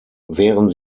wären